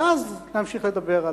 ואז להמשיך לדבר על,